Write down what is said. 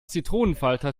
zitronenfalter